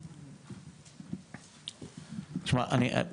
אנחנו --- תראה, דניאל,